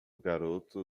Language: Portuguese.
garoto